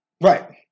Right